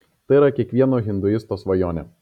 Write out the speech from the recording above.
tai yra kiekvieno hinduisto svajonė